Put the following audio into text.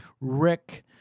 Rick